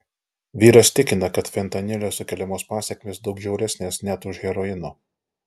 vyras tikina kad fentanilio sukeliamos pasekmės daug žiauresnės net už heroino